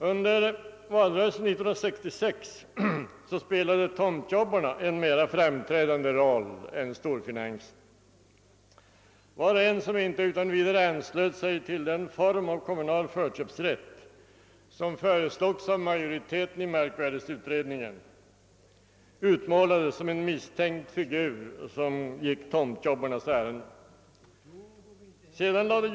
Under valrörelsen 1966 spelade tomtjobbarna en mera framträdande roll än storfinansen. Var och en som inte utan vidare anslöt sig till den form av kommunal förköpsrätt som föreslogs av majoriteten i markvärdeutredningen utmålades som en misstänkt figur, vilken gick tomtjobbarnas ärenden.